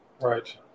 right